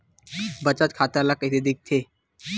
बचत खाता ला कइसे दिखथे?